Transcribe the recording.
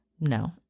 No